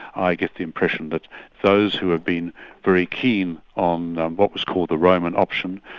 i get the impression that those who have been very keen on what was called the roman option,